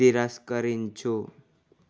తిరస్కరించు